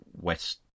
west